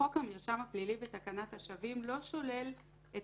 חוק המרשם הפלילי ותקנת השבים לא שוללים את